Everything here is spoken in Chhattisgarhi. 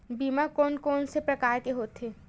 बीमा कोन कोन से प्रकार के होथे?